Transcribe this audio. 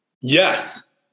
Yes